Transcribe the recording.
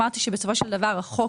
החוק,